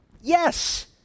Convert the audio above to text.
Yes